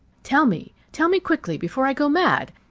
tell me? tell me quickly, before i go mad!